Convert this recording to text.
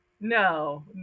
No